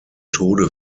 tode